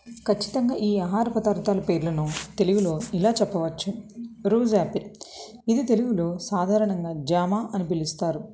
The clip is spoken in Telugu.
ఖచ్చితంగా ఈ ఆహార పదార్థాల పేర్లను తెలుగులో ఇలా చెప్పవచ్చు రోజ్ యాపిల్ ఇది తెలుగులో సాధారణంగా జామా అని పిలుస్తారు